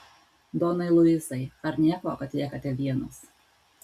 donai luisai ar nieko kad liekate vienas